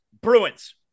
Bruins